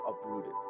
uprooted